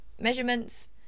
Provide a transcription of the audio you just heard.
measurements